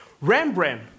Rembrandt